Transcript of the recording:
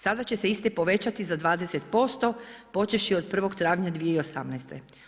Sada će se iste povećati za 20% počevši od 1. travnja 2018.